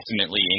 ultimately